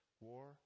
war